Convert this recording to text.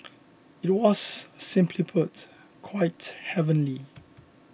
it was simply put quite heavenly